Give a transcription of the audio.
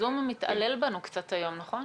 ה"זום" מתעלל בנו קצת היום, נכון?